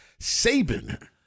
Saban